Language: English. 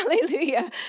hallelujah